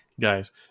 guys